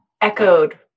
echoed